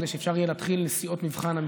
כדי שאפשר יהיה להתחיל נסיעות מבחן אמיתיות.